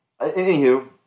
anywho